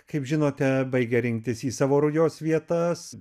kaip žinote baigę rinktis į savo rujos vietas